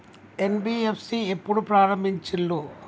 NBFC ఎప్పుడు ప్రారంభించిల్లు?